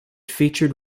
featured